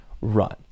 run